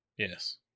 Yes